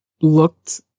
looked